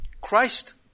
Christ